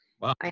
Wow